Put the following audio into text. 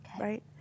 right